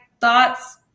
thoughts